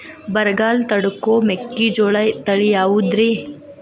ಬರಗಾಲ ತಡಕೋ ಮೆಕ್ಕಿಜೋಳ ತಳಿಯಾವುದ್ರೇ?